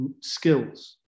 skills